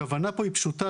הכוונה פה פשוטה,